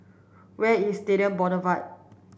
where is Stadium Boulevard